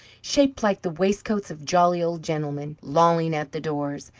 shaped like the waistcoats of jolly old gentlemen, lolling at the doors,